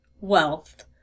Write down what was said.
wealth